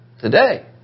today